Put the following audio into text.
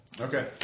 Okay